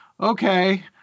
okay